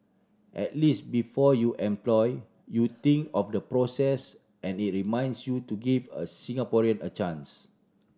at least before you employ you think of the process and it reminds you to give a Singaporean a chance